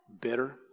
bitter